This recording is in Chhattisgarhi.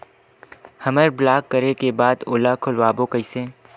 हमर ब्लॉक करे के बाद ओला खोलवाबो कइसे?